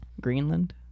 greenland